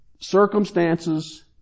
Circumstances